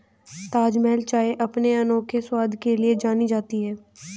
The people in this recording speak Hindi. ताजमहल चाय अपने अनोखे स्वाद के लिए जानी जाती है